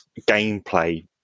gameplay